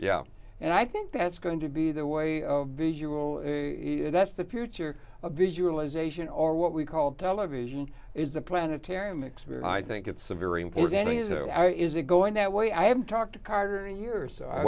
yeah and i think that's going to be the way visual that's the future of visualization or what we call television is the planetarium experience i think it's a very important thing is it is it going that way i haven't talked to carter in years